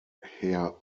herr